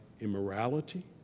immorality